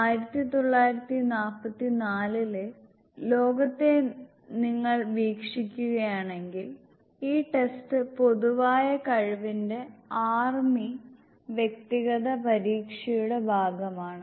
1944 ലെ ലോകത്തെ നിങ്ങൾ വീക്ഷിക്കുകയാണെങ്കിൽ ഈ ടെസ്റ്റ് പൊതുവായ കഴിവിന്റെ ആർമി വ്യക്തിഗത പരീക്ഷയുടെ ഭാഗമാണ്